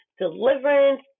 deliverance